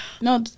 No